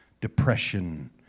depression